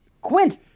Quint